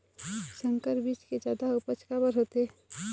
संकर बीज के जादा उपज काबर होथे?